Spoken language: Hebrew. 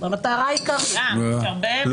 לא?